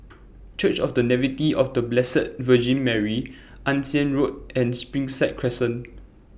Church of The Nativity of The Blessed Virgin Mary Ann Siang Road and Springside Crescent